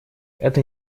это